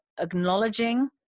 acknowledging